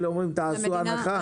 אלה אומרים תעשו הנחה?